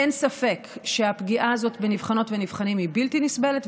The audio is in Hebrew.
אין ספק שהפגיעה הזאת בנבחנות ובנבחנים היא בלתי נסבלת,